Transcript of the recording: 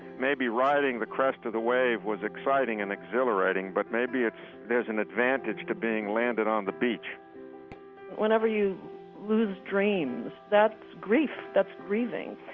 maybe riding the crest of the wave was exciting and exhilarating, but maybe ah there's an advantage to being landed on the beach whenever you lose dreams, that's grief, that's grieving,